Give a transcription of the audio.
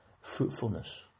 fruitfulness